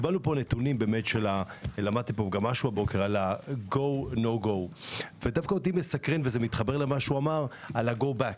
למדתי משהו פה הבוקר על ה-GO /NO GO. דווקא אותי מסקרן עניין ה-Go Back.